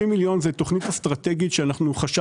30 מיליון שקל זה תוכנית אסטרטגית שחשבנו